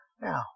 Now